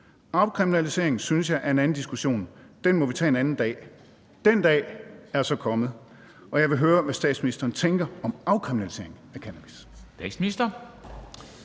»Afkriminalisering synes jeg er en anden diskussion, som jeg må svare på en anden dag«. Den dag er så kommet, og jeg vil høre, hvad statsministeren tænker om afkriminalisering af cannabis.